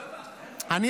תגיד,